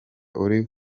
uri